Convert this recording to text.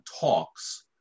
talks